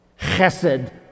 Chesed